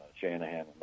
Shanahan